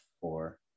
four